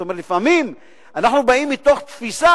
לפעמים אנחנו באים מתוך תפיסה,